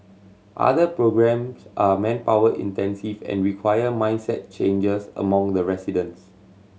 other programmes are manpower intensive and require mindset changes among the residents